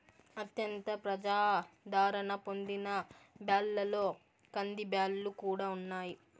అత్యంత ప్రజాధారణ పొందిన బ్యాళ్ళలో కందిబ్యాల్లు కూడా ఉన్నాయి